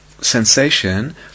sensation